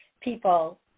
people